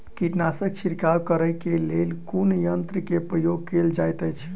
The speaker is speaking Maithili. कीटनासक छिड़काव करे केँ लेल कुन यंत्र केँ प्रयोग कैल जाइत अछि?